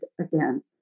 again